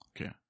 Okay